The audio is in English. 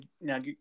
now